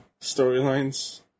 storylines